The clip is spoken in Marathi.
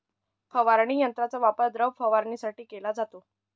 फवारणी यंत्राचा वापर द्रव फवारणीसाठी केला जातो